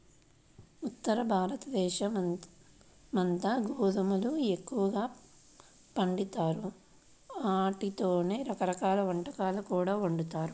ఉత్తరభారతదేశమంతా గోధుమల్ని ఎక్కువగా పండిత్తారు, ఆటితోనే రకరకాల వంటకాలు కూడా వండుతారు